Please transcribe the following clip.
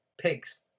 pigs